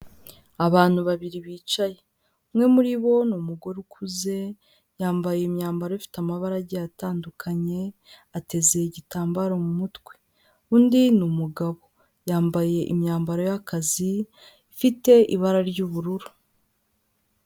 Abantu babiri bicaye umwe muri bo ni umugore ukuze yambaye imyambaro ifite amabara agiye atandukanye, ateze igitambaro mu mutwe, undi ni umugabo yambaye imyambaro y'akazi ifite ibara ry'ubururu.